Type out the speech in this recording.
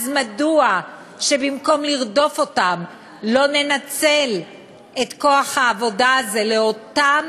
אז מדוע שבמקום לרדוף אותם לא ננצל את כוח העבודה הזה לאותם